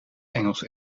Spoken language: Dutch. engels